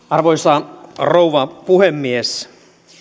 arvoisa rouva puhemies